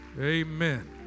Amen